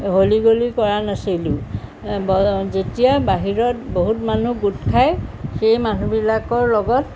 হলী গলি কৰা নাছিলোঁ ব যেতিয়া বাহিৰত বহুত মানুহ গোট খায় সেই মানুহবিলাকৰ লগত